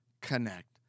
connect